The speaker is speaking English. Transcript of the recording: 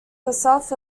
herself